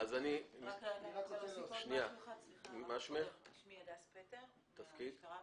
הלשכה המשפטית, המשטרה.